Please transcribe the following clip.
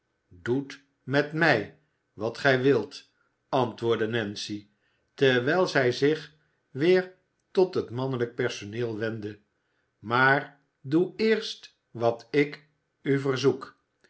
doet met mij wat gij wilt antwoordde nancy terwijl zij zich weer tot het mannelijk personeel wendde maar doe eerst wat ik u verzoek